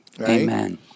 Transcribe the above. Amen